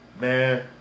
Man